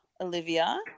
Olivia